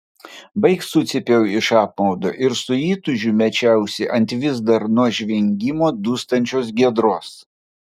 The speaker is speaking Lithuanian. baik sucypiau iš apmaudo ir su įtūžiu mečiausi ant vis dar nuo žvengimo dūstančios giedros